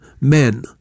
men